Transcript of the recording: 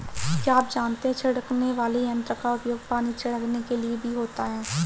क्या आप जानते है छिड़कने वाले यंत्र का उपयोग पानी छिड़कने के लिए भी होता है?